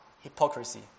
hypocrisy